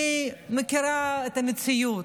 אני מכירה את המציאות.